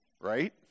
right